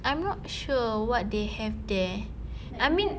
I'm not sure what they have there I mean